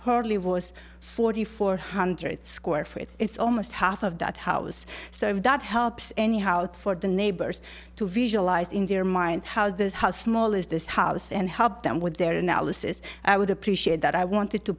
hardly was forty four hundred square feet it's almost half of that house so that helps anyhow for the neighbors to visualize in their mind how this how small is this house and help them with their analysis i would appreciate that i wanted to